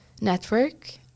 network